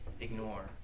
ignore